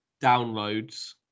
downloads